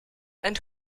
and